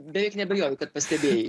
beveik neabejoju kad pastebėjai